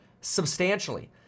substantially